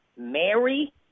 Mary